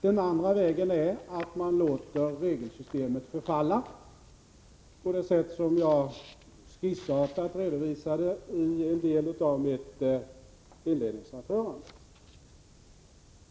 Den andra vägen är att låta regelsystemet förfalla, på det sätt som jag skissartat redovisade i en del av mitt inledningsanförande.